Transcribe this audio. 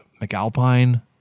McAlpine